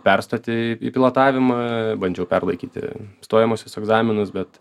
perstoti į pilotavimą bandžiau perlaikyti stojamuosius egzaminus bet